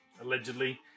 allegedly